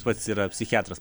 pats yra psichiatras